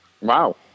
Wow